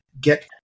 get